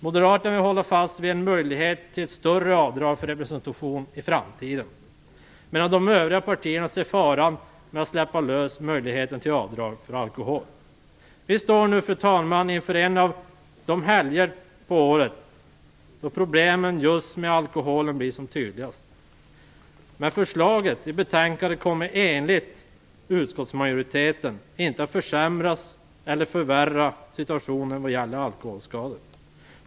Moderaterna vill hålla fast vid en möjlighet till större avdrag för representation i framtiden, medan de övriga partierna ser faran med att släppa lös möjligheten till avdrag för alkohol. Vi står nu inför en av de helger på året då problemen med alkoholen blir som tydligast. Men förslaget i betänkandet kommer enligt utskottsmajoriteten inte att förvärra situationen vad gäller alkoholskador.